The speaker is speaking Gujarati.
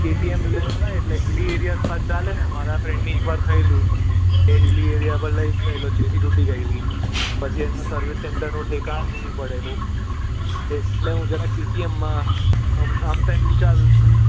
કેટીએમ લેવાય એટલે હીલી એરિયાસમાં ચાલે મારા ફ્રેન્ડને એક વાર થયેલું એ હીલી એરિયા પર લઈ ગયેલો તો જેરી તૂટી ગયેલી પછી એનું સર્વિસ સેંટરનું ઠેકાણું નહીં પડેલું એટલે હું જરાક કેટીએમમાં આમ તેમ વિચારું છું